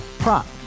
Prop